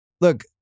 Look